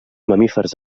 mamífers